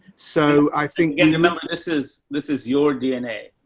so i think and and this is, this is your dna.